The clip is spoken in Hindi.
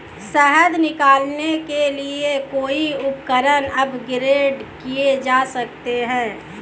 शहद निकालने के लिए कई उपकरण अपग्रेड किए जा सकते हैं